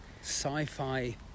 sci-fi